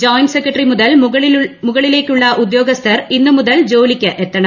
joint secretary മുതൽ മുകളിലേക്കുള്ള ഉദ്യോഗസ്ഥർ ഇന്ന് മുതൽ ജോലിക്ക് എത്തണം